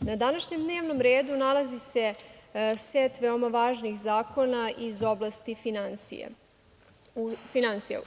na današnjem dnevnom redu nalazi se set veoma važnih zakona iz oblasti finansija.